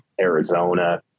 arizona